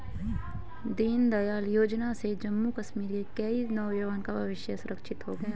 दीनदयाल योजना से जम्मू कश्मीर के कई नौजवान का भविष्य सुरक्षित हो गया